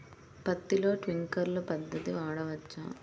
పత్తిలో ట్వింక్లర్ పద్ధతి వాడవచ్చా?